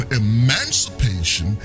emancipation